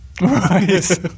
Right